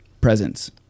presence